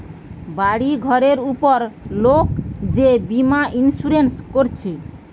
বাড়ি ঘরের উপর লোক যে বীমা ইন্সুরেন্স কোরছে